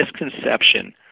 misconception